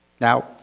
Now